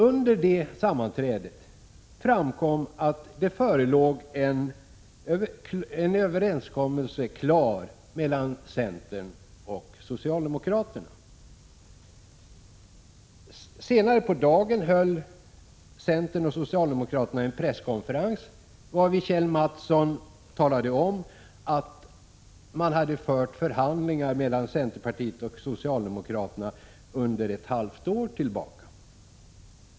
Under detta sammanträde framkom att det förelåg en färdig överenskommelse mellan centern och socialdemokraterna. Senare på dagen höll centern och socialdemokraterna en presskonferens, varvid Kjell A. Mattsson talade om att förhandlingar hade förts mellan centerpartiet och socialdemokraterna under ett halvt års tid.